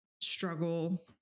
struggle